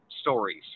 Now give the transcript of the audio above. stories